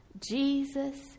Jesus